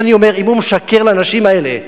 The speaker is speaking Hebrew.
לכן אני אומר: אם הוא משקר לאנשים האלה,